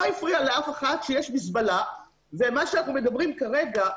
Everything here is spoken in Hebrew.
לא הפריע לאף אחד שיש מזבלה ומה שאנחנו מדברים כרגע,